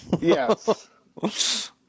Yes